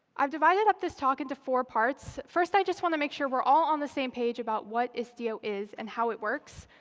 i've divided up this talk into four parts. first, i just want to make sure we're all on the same page about what istio is and how it works.